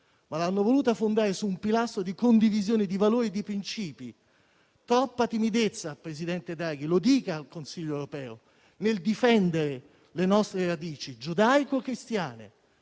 volendola fondare invece su un pilastro di condivisione di valori e di principi. Vi è troppa timidezza, presidente Draghi, lo dica al Consiglio europeo, nel difendere le nostre radici giudaico-cristiane.